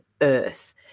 Earth